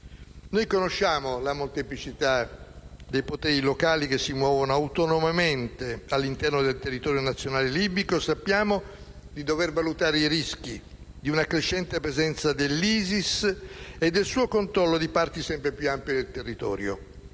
Conosciamo la molteplicità dei poteri locali, che si muovono autonomamente all'interno del territorio nazionale libico e sappiamo di dover valutare i rischi di una crescente presenza dell'ISIS e del suo controllo di parti sempre più ampie del territorio.